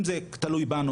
אם זה תלוי בנו,